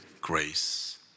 grace